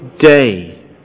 day